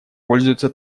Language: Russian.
пользуются